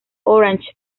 orange